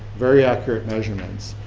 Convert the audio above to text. very accurate measurements,